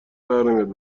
درنمیاد